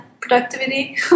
productivity